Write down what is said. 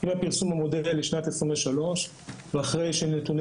אחרי פרסום המודל לשנת 2023 ואחרי שנתוני